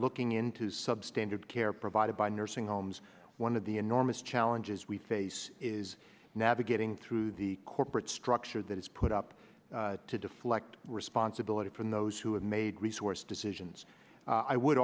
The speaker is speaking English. looking into substandard care provided by nursing homes one of the enormous challenges we face is navigating through the corporate structure that is put up to deflect responsibility from those who have made resource decisions i would